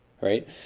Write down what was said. right